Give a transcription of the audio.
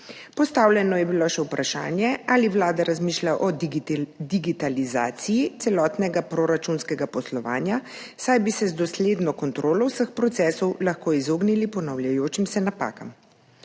Postavljeno je bilo še vprašanje, ali Vlada razmišlja o digitalizaciji celotnega proračunskega poslovanja, saj bi se z dosledno kontrolo vseh procesov lahko izognili ponavljajočim se napakam.